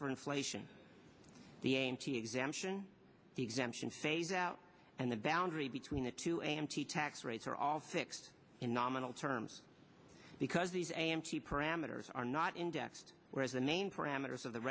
for inflation the a m t is emption exemption phaseout and the boundary between the two and t tax rates are all fixed in nominal terms because these a m t parameters are not indexed whereas the main parameters of the